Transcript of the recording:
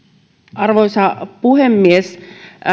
arvoisa puhemies